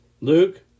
Luke